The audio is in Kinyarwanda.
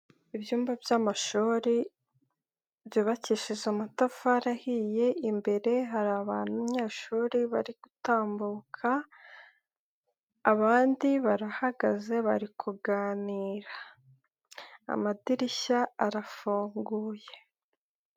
Ibyumba by'amashuri byubakishije amatafari ahiye, imbere hari abanyeshuri bari gutambuka, abandi barahagaze bari kuganira. Amadirishya arafunguye.